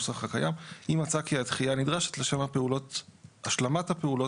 אם מצא כי הדחייה נדרשת לשם השלמת הפעולות